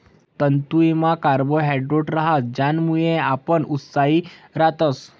तांदुयमा कार्बोहायड्रेट रहास ज्यानामुये आपण उत्साही रातस